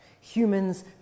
humans